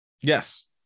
yes